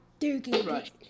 dookie